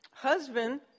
husband